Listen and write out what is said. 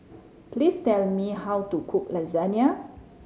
please tell me how to cook Lasagne